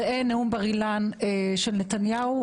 ראה נאום בן אילן של נתניהו,